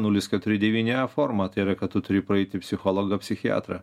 nulis keturi devyni e formą tai yra kad tu turi praeiti psichologą psichiatrą